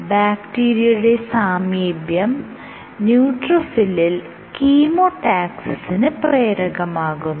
ബാക്റ്റീരിയയുടെ സാമീപ്യം ന്യൂട്രോഫിലിൽ കീമോടാക്സിസിന് പ്രേരകമാകുന്നു